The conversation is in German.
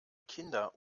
kinder